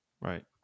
Right